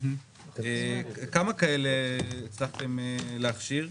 כמה כאלה הצלחתם להכשיר,